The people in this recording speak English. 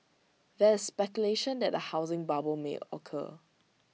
there is speculation that A housing bubble may occur